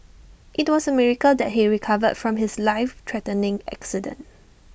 IT was A miracle that he recovered from his life threatening accident